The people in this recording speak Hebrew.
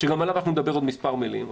שגם עליו נאמר עוד מספר מילים,